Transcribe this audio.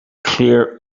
clear